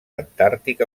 antàrtic